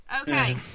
okay